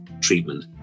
treatment